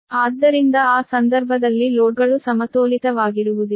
ಆದ್ದರಿಂದ ಆ ಸಂದರ್ಭದಲ್ಲಿ ಲೋಡ್ಗಳು ಸಮತೋಲಿತವಾಗಿರುವುದಿಲ್ಲ